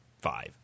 five